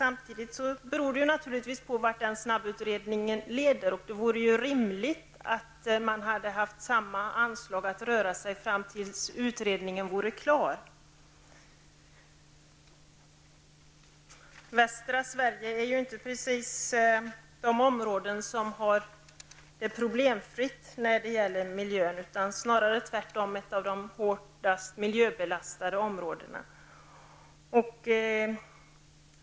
Vi får se vad den utredningen leder fram till. Det är dock rimligt att ha kvar samma anslag att röra sig med tills utredningen är klar. Västra Sverige är minsann inte problemfritt i miljöhänseende. Snarare är det ett av de hårdast miljöbelastade områdena.